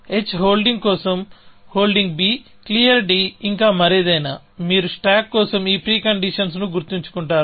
h holding కోసం holding b clear ఇంకామరేదైనా మీరు స్టాక్ కోసం ఈ ప్రీ కండీషన్స్ ను గుర్తుంచుకుంటారు